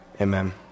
Amen